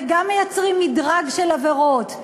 וגם מייצרים מדרג של עבירות.